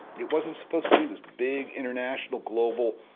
it wasn't supposed to be this big, international, global,